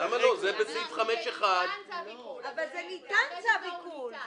אבל זה ניתן צו עיקול.